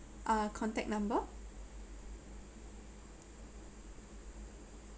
uh contact number